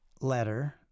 letter